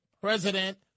President